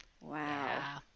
Wow